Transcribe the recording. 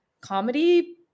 comedy